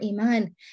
iman